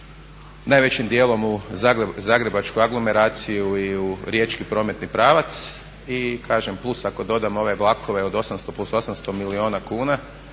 najvećim dijelom u zagrebačku aglomeraciju i u riječki prometni pravac. I kažem plus ako dodamo ove vlakove od 800, plus 800 milijuna kuna